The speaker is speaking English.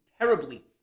terribly